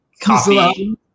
coffee